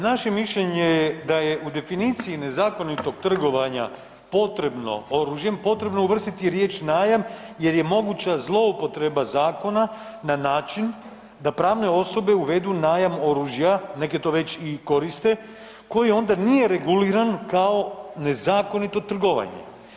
Našem mišljenje je da je u definiciji nezakonitog trgovanja potrebno, oružjem, potrebno uvrstiti riječ najam jer je moguća zloupotreba zakona na način da pravne osobe uvedu najam oružja, neke to već i koriste koji onda nije reguliran kao nezakonito trgovanje.